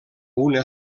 una